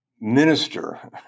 minister